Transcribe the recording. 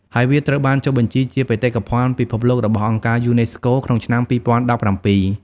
ហើយវាត្រូវបានចុះបញ្ជីជាបេតិកភណ្ឌពិភពលោករបស់អង្គការយូណេស្កូក្នុងឆ្នាំ ២០១៧។